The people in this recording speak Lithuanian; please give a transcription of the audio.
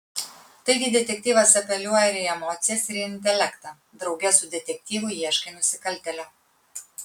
taigi detektyvas apeliuoja ir į emocijas ir į intelektą drauge su detektyvu ieškai nusikaltėlio